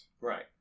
Right